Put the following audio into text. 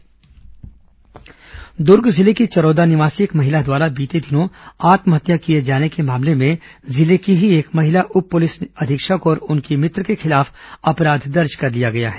दुर्ग थप्पड आत्महत्या दुर्ग जिले की चरोदा निवासी एक महिला द्वारा बीते दिनों आत्महत्या किए जाने के मामले में जिले की ही एक महिला उप पुलिस अधीक्षक और उनकी मित्र के खिलाफ अपराध दर्ज कर लिया गया है